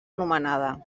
anomenada